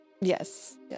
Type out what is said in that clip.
Yes